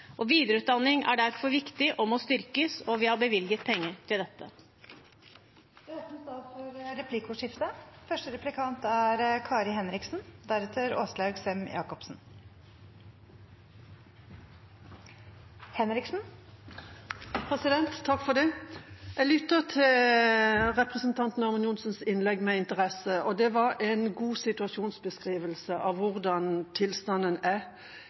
kompleksitet. Videreutdanning er derfor viktig og må styrkes. Vi har bevilget penger til dette. Det blir replikkordskifte. Jeg lyttet til representanten Ørmen Johnsens innlegg med interesse, og det var en god situasjonsbeskrivelse av hvordan tilstanden er